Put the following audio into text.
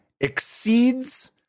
exceeds